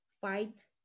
fight